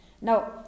Now